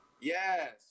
Yes